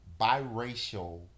biracial